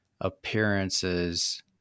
appearances